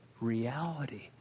reality